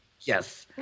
yes